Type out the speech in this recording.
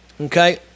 okay